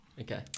Okay